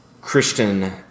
Christian